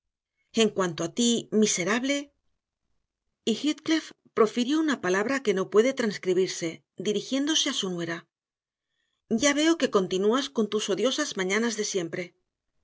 en cuanto a ti miserable y heathcliff profirió una palabra que no puede transcribirse dirigiéndose a su nueraya veo que continúas con tus odiosas mañanas de siempre